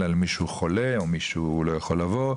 אלא אם כן מישהו חולה או מישהו לא יכול לבוא,